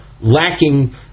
lacking